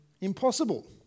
impossible